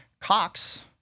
Cox